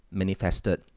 manifested